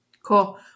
cool